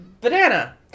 banana